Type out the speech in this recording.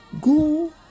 Go